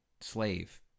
slave